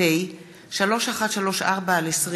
פ/3134/20